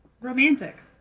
Romantic